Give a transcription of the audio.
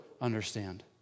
understand